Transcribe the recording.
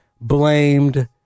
blamed